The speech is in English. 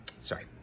sorry